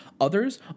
Others